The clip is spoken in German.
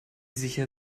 sicher